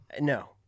No